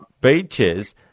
beaches